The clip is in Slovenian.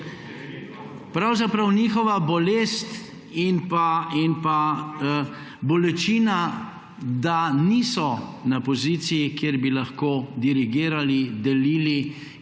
pravzaprav njihova bolest in pa bolečina, da niso na poziciji, kjer bi lahko dirigirali, delili in